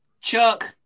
Chuck